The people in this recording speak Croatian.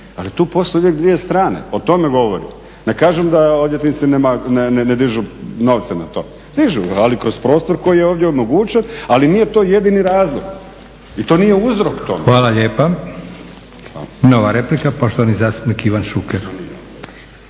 Ali tu postoje uvijek dvije strane, o tome govorim. Ne kažem da odvjetnici ne dižu novce na to, dižu, ali kroz prostor koji je ovdje omogućen. Ali nije to jedini razlog i to nije uzrok tome. **Leko, Josip (SDP)** Hvala lijepa. Nova replika, poštovani zastupnik Ivan Šuker.